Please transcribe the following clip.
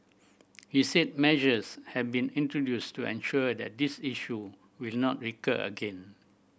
he said measures have been introduced to ensure that this issue will not recur again